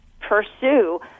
pursue